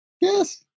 Yes